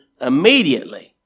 immediately